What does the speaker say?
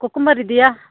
cucumber ಇದೆಯಾ